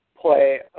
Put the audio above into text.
play